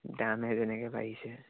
দামহে যেনেকৈ বাঢ়িছে